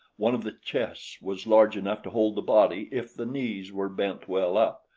one of the chests was large enough to hold the body if the knees were bent well up,